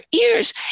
ears